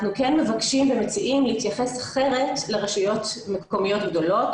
אנחנו כן מבקשים ומציעים להתייחס אחרת לרשויות מקומיות גדולות,